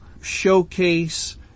showcase